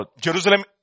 Jerusalem